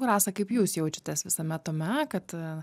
rasa kaip jūs jaučiatės visame tame kad